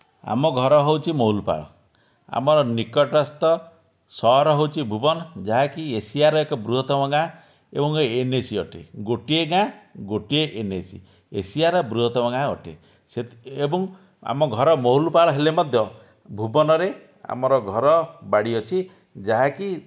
ଆମ ଘର ହେଉଛି ମୌଲପାଳ ଆମର ନିକଟସ୍ଥ ସହର ହେଉଛି ଭୁବନ ଯାହାକି ଏସିଆର ଏକ ବୃହତ୍ତମ ଗାଁ ଏବଂ ଏନ୍ଏସି ଅଟେ ଗୋଟିଏ ଗାଁ ଗୋଟିଏ ଏନ୍ଏସି ଏସିଆର ବୃହତ୍ତମ ଗାଁ ଅଟେ ସେଥି ଏବଂ ଆମ ଘର ମୌଲପାଳ ହେଲେ ମଧ୍ୟ ଭୁବନରେ ଆମର ଘର ବାଡ଼ି ଅଛି ଯାହା କି